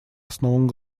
основам